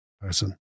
person